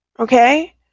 Okay